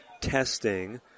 testing